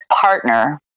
partner